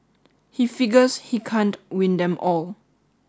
he figures he can't win them all